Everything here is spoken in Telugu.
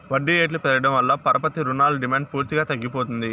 వడ్డీ రేట్లు పెరగడం వల్ల పరపతి రుణాల డిమాండ్ పూర్తిగా తగ్గిపోతుంది